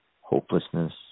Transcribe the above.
hopelessness